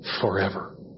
forever